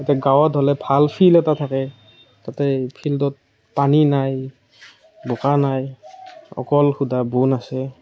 এতিয়া গাঁৱত হ'লে ভাল ফিল্ড এটা থাকে তাতে ফিল্ডত পানী নাই বোকা নাই অকল শুদা বন আছে